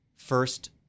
First